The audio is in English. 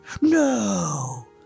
No